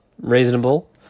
reasonable